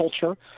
culture